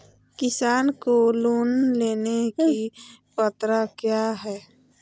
किसान को लोन लेने की पत्रा क्या है?